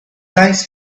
eyes